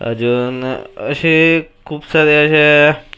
अजून असे खूप सारे अशा